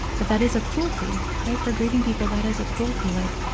but that is a cruelty, right. for grieving people, that is a cruelty. like,